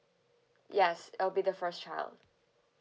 yes so it'll be the first child